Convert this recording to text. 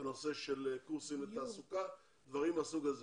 קורסים לתעסוקה ודברים מהסוג הזה,